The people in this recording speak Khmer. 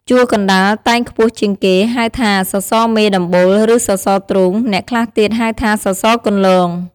ជួរកណ្តាលតែងខ្ពស់ជាងគេ ហៅថាសសរមេដំបូល ឬសសរទ្រូង អ្នកខ្លះទៀតហៅថាសសរកន្លោង។